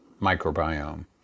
microbiome